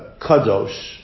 kadosh